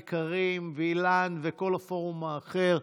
איכרים ואילן וכל הפורום האחר,